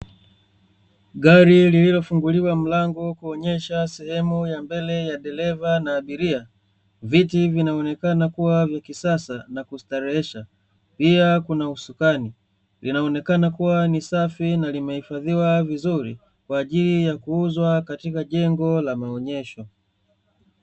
Gari lililofunguliwa mlango kuonesha sehemu ya mbele ya dereva na abiria, viti vinaonekana kuwa vya kisasa na kustarehesha, pia kuna usukani. Inaonekana kuwa ni safi na limehifadhiwa vizuri, kwa ajili ya kuuzwa katika jengo la maonesho.